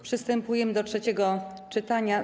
Przystępujemy do trzeciego czytania.